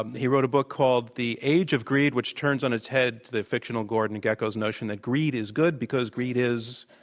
um he wrote a book called the age of greed, which turns on its head the fictional gordon gecko's notion that greed is good because greed is